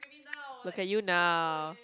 look at you now